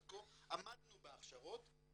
עד כה עמדנו בהכשרות.